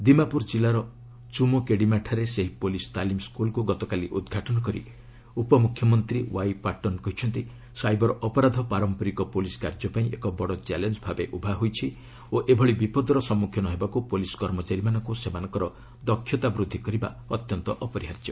ଦିମାପୁର କ୍କିଲ୍ଲାର ଚୁମୋକେଡ଼ିମାଠାରେ ସେହି ପୋଲିସ୍ ତାଲିମ ସ୍କୁଲ୍କୁ ଗତକାଲି ଉଦ୍ଘାଟନ କରି ଉପମୁଖ୍ୟମନ୍ତ୍ରୀ ୱାଇ ପାଟ୍ଟନ କହିଛନ୍ତି ସାଇବର ଅପରାଧ ପାରମ୍ପରିକ ପୋଲିସ୍ କାର୍ଯ୍ୟ ପାଇଁ ଏକ ବଡ଼ ଚ୍ୟାଲେଞ୍ଜ ଭାବେ ଉଭା ହୋଇଛି ଓ ଏଭଳି ବିପଦର ସନ୍ମୁଖୀନ ହେବାକୁ ପୋଲିସ୍ କର୍ମଚାରୀମାନଙ୍କୁ ସେମାନଙ୍କର ଦକ୍ଷତା ବୃଦ୍ଧି କରିବା ଅତ୍ୟନ୍ତ ଅପରିହାର୍ଯ୍ୟ